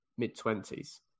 mid-twenties